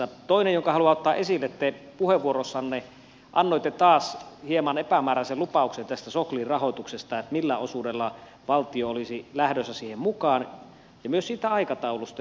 toinen asia jonka haluan ottaa esille te puheenvuorossanne annoitte taas hieman epämääräisen lupauksen tästä soklin rahoituksesta on millä osuudella valtio olisi lähdössä siihen mukaan ja myös se aikataulu